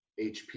hp